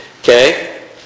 Okay